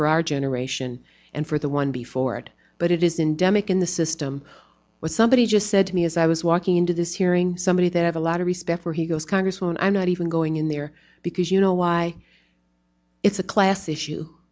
for our generation and for the one before it but it isn't demick in the system with somebody just said to me as i was walking into this hearing somebody they have a lot of respect where he goes congresswoman i'm not even going in there because you know why it's a class issue